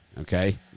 Okay